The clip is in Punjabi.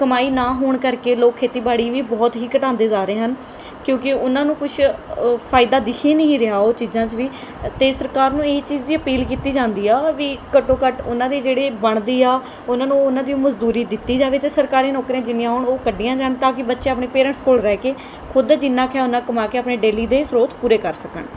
ਕਮਾਈ ਨਾ ਹੋਣ ਕਰਕੇ ਲੋਕ ਖੇਤੀਬਾੜੀ ਵੀ ਬਹੁਤ ਹੀ ਘਟਾਉਂਦੇ ਜਾ ਰਹੇ ਹਨ ਕਿਉਂਕਿ ਉਹਨਾਂ ਨੂੰ ਕੁਛ ਅ ਫਾਇਦਾ ਦਿਖ ਹੀ ਨਹੀਂ ਰਿਹਾ ਉਹ ਚੀਜ਼ਾਂ 'ਚ ਵੀ ਅਤੇ ਸਰਕਾਰ ਨੂੰ ਇਹ ਚੀਜ਼ ਦੀ ਅਪੀਲ ਕੀਤੀ ਜਾਂਦੀ ਆ ਵੀ ਘੱਟੋ ਘੱਟ ਉਹਨਾਂ ਦੇ ਜਿਹੜੇ ਬਣਦੀ ਆ ਉਹਨਾਂ ਨੂੰ ਉਹਨਾਂ ਦੀ ਮਜ਼ਦੂਰੀ ਦਿੱਤੀ ਜਾਵੇ ਅਤੇ ਸਰਕਾਰੀ ਨੌਕਰੀਆਂ ਜਿੰਨੀਆਂ ਹੋਣ ਉਹ ਕੱਢੀਆਂ ਜਾਣ ਤਾਂ ਕਿ ਬੱਚੇ ਆਪਣੇ ਪੇਰੈਂਟਸ ਕੋਲ ਰਹਿ ਕੇ ਖੁਦ ਜਿੰਨਾ ਕੁ ਹੈ ਉਨਾਂ ਕਮਾ ਕੇ ਆਪਣੇ ਡੇਲੀ ਦੇ ਸ੍ਰੋਤ ਪੂਰੇ ਕਰ ਸਕਣ